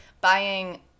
buying